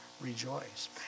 rejoice